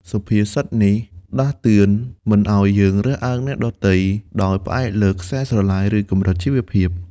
សុភាសិតនេះដាស់តឿនមិនឱ្យយើងរើសអើងអ្នកដទៃ ដោយផ្អែកលើខ្សែស្រឡាយ ឬកម្រិតជីវភាព។